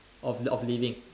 of of living